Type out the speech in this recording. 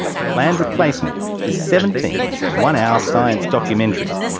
the planned replacement is seventeen one-hour science documentaries.